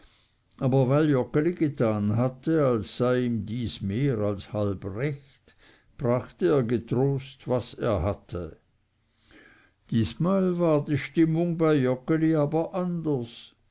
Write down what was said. aber weil joggeli getan hatte als sei ihm dies mehr als halb recht brachte er getrost was er hatte diesmal war die stimmung bei joggeli aber anders